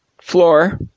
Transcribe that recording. floor